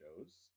shows